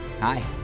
hi